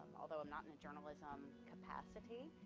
although i'm not in the journalism capacity,